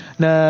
na